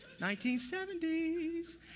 1970s